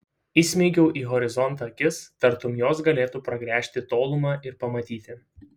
įsmeigiau į horizontą akis tartum jos galėtų pragręžti tolumą ir pamatyti